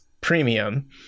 Premium